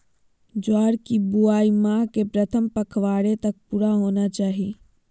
ज्वार की बुआई माह के प्रथम पखवाड़े तक पूरा होना चाही